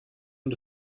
und